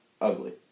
ugly